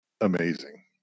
amazing